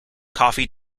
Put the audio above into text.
coffee